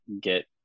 get